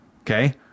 Okay